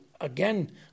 Again